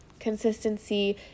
consistency